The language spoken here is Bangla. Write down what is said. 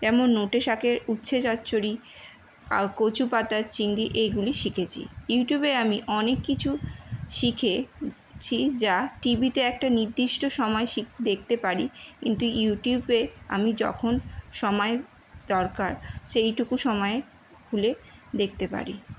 যেমন নটে শাকের উঁচ্ছে চচ্চরি কচু পাতার চিংড়ি এইগুলি শিখেছি ইউটিউবে আমি অনেক কিছু শিখেছি যা টি ভিতে একটা নির্দিষ্ট সময়ে শিখ দেখতে পারি কিন্তু ইউটিউবে আমি যখন সময় দরকার সেইটুকু সময়ে খুলে দেখতে পারি